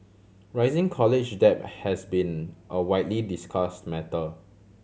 rising college debt has been a widely discussed matter